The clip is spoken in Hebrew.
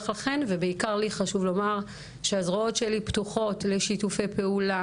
לכן ובעיקר לי חשוב לומר שהזרועות שלי פתוחות לשיתופי פעולה,